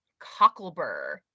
cocklebur